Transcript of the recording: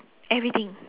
everything